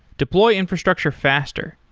deploy infrastructure faster.